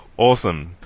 awesome